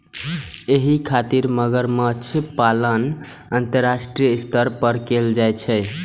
एहि खातिर मगरमच्छ पालन अंतरराष्ट्रीय स्तर पर कैल जाइ छै